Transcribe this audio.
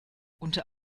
unter